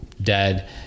dead